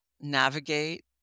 navigate